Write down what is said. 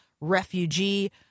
refugee